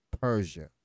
persia